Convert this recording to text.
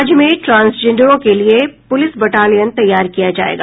राज्य में ट्रांसजेंडरों के लिए पुलिस बटालियन तैयार किया जायेगा